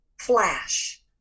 flash